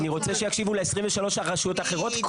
אני רוצה שיקשיבו ל-23 הרשויות האחרות,